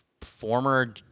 former